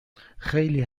خیلی